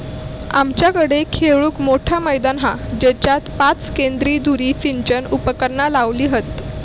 आमच्याकडे खेळूक मोठा मैदान हा जेच्यात पाच केंद्र धुरी सिंचन उपकरणा लावली हत